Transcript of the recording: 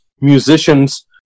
musicians